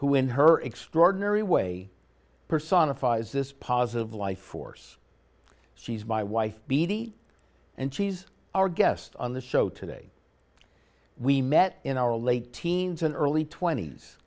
who in her extraordinary way personifies this positive life force she's my wife bt and she's our guest on the show today we met in our late teens and early twent